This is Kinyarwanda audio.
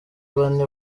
bane